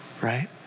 Right